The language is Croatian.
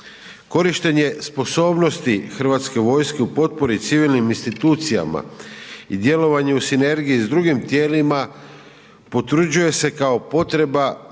Korištenje sposobnosti hrvatske vojske u potpori civilnim institucijama i djelovanju u sinergiji s drugim tijelima potvrđuje se kao potreba